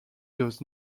does